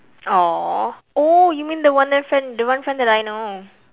!aww! oh you mean the one that friend the one friend that I know